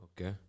Okay